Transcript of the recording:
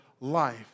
life